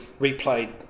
replayed